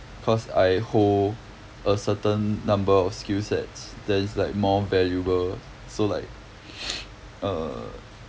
cause I hold a certain number of skill sets then it's like more valuable so like err